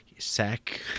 sack